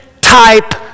type